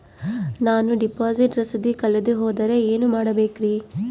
ನಾನು ಡಿಪಾಸಿಟ್ ರಸೇದಿ ಕಳೆದುಹೋದರೆ ಏನು ಮಾಡಬೇಕ್ರಿ?